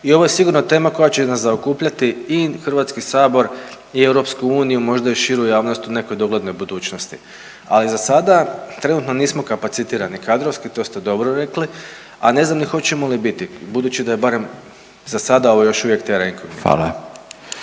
i ovo je sigurno tema koja će nas zaokupljati i HS i EU, možda i širu javnost u nekoj doglednoj budućnosti, ali zasada trenutno nismo kapacitirani kadrovski, to ste dobro rekli, a ne znam ni hoćemo li biti budući da je barem zasada ovo još uvijek …/Govornik